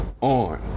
on